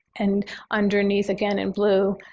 and underneath again in blue,